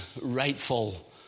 rightful